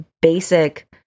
basic